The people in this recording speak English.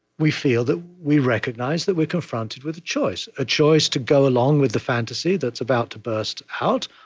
we feel that we recognize that we're confronted with a choice a choice to go along with the fantasy that's about to burst out,